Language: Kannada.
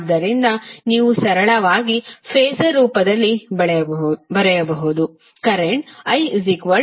ಆದ್ದರಿಂದ ನೀವು ಸರಳವಾಗಿ ಫಾಸರ್ ರೂಪದಲ್ಲಿ ಬರೆಯಬಹುದು ಪ್ರಸ್ತುತI5∠126